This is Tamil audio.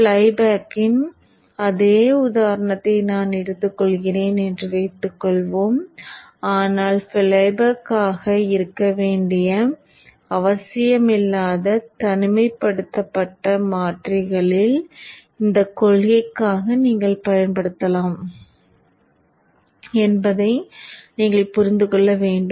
ஃப்ளைபேக்கின் அதே உதாரணத்தை நான் எடுத்துக்கொள்கிறேன் என்று வைத்துக்கொள்வோம் ஆனால் ஃப்ளைபேக்காக இருக்க வேண்டிய அவசியமில்லாத தனிமைப்படுத்தப்பட்ட மாற்றிகளில் இந்த கொள்கைகளை நீங்கள் பயன்படுத்தலாம் என்பதை நீங்கள் புரிந்து கொள்ள வேண்டும்